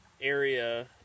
area